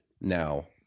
now